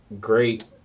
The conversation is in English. great